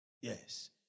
Yes